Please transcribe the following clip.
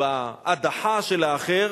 בהדחה של האחר